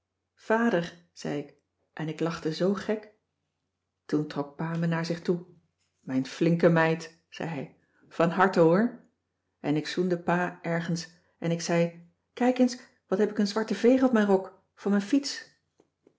vader zei ik en ik lachte zoo gek toen trok pa me naar zich toe mijn flinke meid cissy van marxveldt de h b s tijd van joop ter heul zei hij van harte hoor en ik zoende pa ergens en ik zei kijk eens wat heb ik een zwarte veeg op mijn rok van mijn fiets